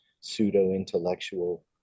pseudo-intellectual